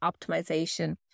optimization